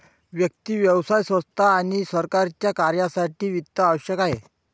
व्यक्ती, व्यवसाय संस्था आणि सरकारच्या कार्यासाठी वित्त आवश्यक आहे